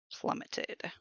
plummeted